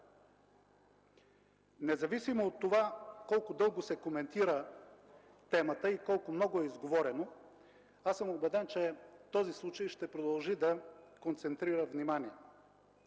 Независимо от това колко дълго се коментира темата и колко много е изговорено, аз съм убеден, че този случай ще продължи да концентрира вниманието